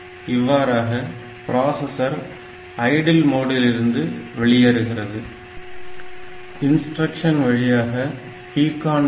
இவ்வாறாக processor idle மோடில் இருந்து வெளியேறுகிறது இன்ஸ்டிரக்ஷன் வழியாக PCON